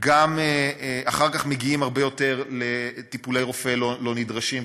גם אחר כך מגיעים הרבה יותר לטיפולי רופא לא נדרשים,